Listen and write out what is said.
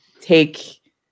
take